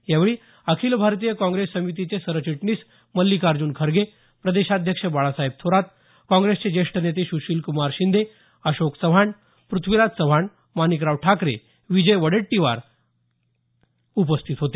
यावेळी अखिल भारतीय काँग्रेस समितीचे सरचिटणीस मछ्छिकार्ज्न खर्गे प्रदेशाध्यक्ष बाळासाहेब थोरात काँग्रेसचे ज्येष्ठ नेते सुशीलकुमार शिंदे अशोक चव्हाण पृथ्वीराज चव्हाण माणिकराव ठाकरे विजय वडेट्टीवार उपस्थित होते